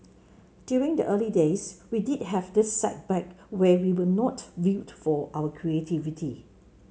during the early days we did have this setback where we were not viewed for our creativity